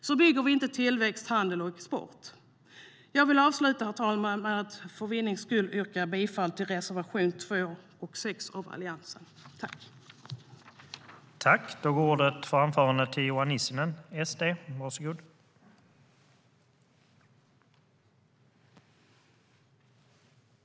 Så bygger vi inte tillväxt, handel och export.I detta anförande instämde Cecilie Tenfjord-Toftby .